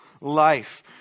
life